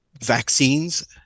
vaccines